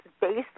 based